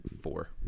four